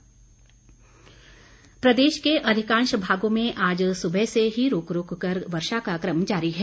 मौसम प्रदेश के अधिकांश भागों में आज सुबह से ही रूक रूक कर वर्षा का क्रम जारी है